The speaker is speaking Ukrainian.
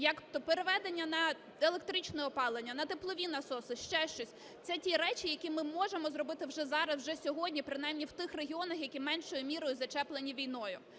то переведення на електричне опалення, на теплові насоси, ще щось – це ті речі, які ми можемо зробити вже зараз, вже сьогодні, принаймні в тих регіонах, які меншою мірою зачеплені війною.